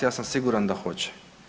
Ja sam siguran da hoće.